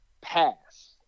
pass